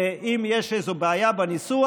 ואם יש איזו בעיה בניסוח,